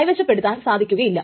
കൈവശപ്പെടുത്താൻ സാധിക്കുകയില്ല